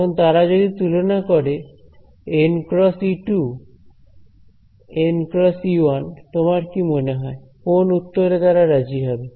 এখন তারা যদি তুলনা করে nˆ × E2 nˆ × E1 তোমার কি মনে হয় কোন উত্তর এ তারা রাজি হবে